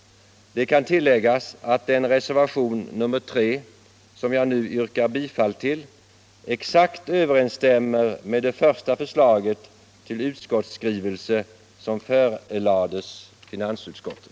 Det kan tilläggas att reservationen 3, som jag nu yrkar bifall till, exakt överensstämmer med det första förslaget till utskottsskrivning som förelades finansutskottet!